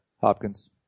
Hopkins